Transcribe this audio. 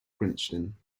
crichton